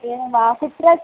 एवं वा कुत्र अस्ति